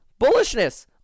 Bullishness